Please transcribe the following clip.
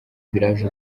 village